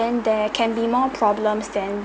then there can be more problems then